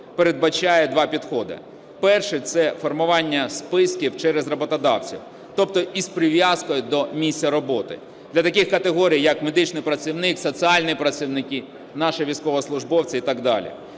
передбачає два підходи. Перший – це формування списків через роботодавців, тобто з прив'язкою до місця роботи для таких категорій як: медичний працівник, соціальні працівники, наші військовослужбовці і так далі.